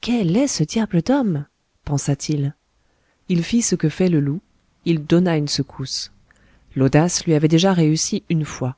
quel est ce diable d'homme pensa-t-il il fit ce que fait le loup il donna une secousse l'audace lui avait déjà réussi une fois